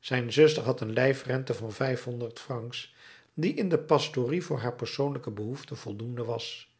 zijn zuster had een lijfrente van vijfhonderd francs die in de pastorie voor haar persoonlijke behoeften voldoende was